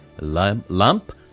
lamp